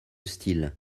style